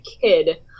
kid